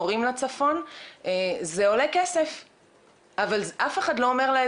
לוועדת הערר בשנים 2019 2020. כמו שאנחנו יכולים לראות,